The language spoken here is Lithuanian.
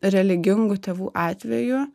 religingų tėvų atveju